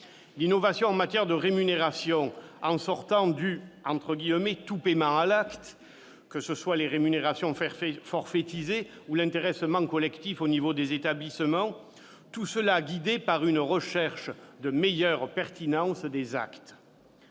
innove aussi en matière de rémunération, en sortant du « tout paiement à l'acte » au profit de rémunérations forfaitisées ou de l'intéressement collectif au niveau des établissements. Tout cela reste guidé par la recherche d'une meilleure pertinence des actes.